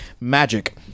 Magic